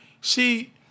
See